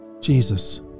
Jesus